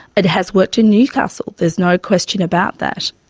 it has worked in newcastle. there's no question about that.